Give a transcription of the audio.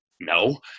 No